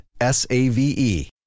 S-A-V-E